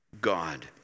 God